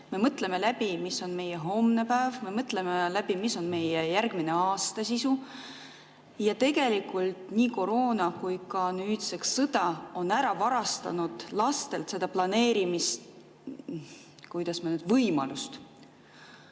Me mõtleme läbi, mis on meie homne päev, me mõtleme läbi, mis on meie järgmise aasta sisu. Ja tegelikult nii koroona kui ka nüüdseks sõda on ära varastanud lastelt selle planeerimise, kuidas ma ütlen, võimaluse.